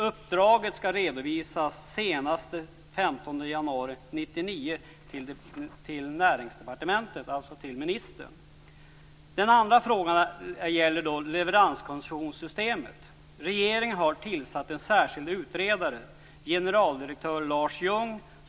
Uppdraget skall senast den 15 januari 1999 redovisas till Näringsdepartementet, alltså till ministern. Den andra frågan gäller leveranskoncessionssystemet. Regeringen har tillsatt en särskild utredare, generaldirektör Lars Ljung.